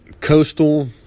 coastal